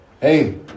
Hey